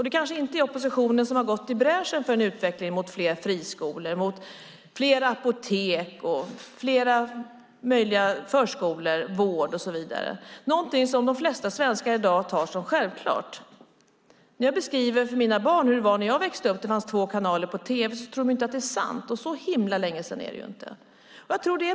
Det kanske inte är oppositionen som har gått i bräschen för en utveckling mot fler friskolor, fler apotek, fler möjligheter för förskolor och vård. Det är någonting som de flesta svenskar i dag tar som självklart. När jag beskriver för mina barn hur det var när jag växte upp med två kanaler på tv tror de inte att det är sant. Så länge sedan är det inte.